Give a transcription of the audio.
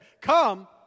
come